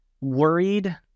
worried